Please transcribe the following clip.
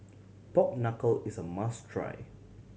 pork knuckle is a must try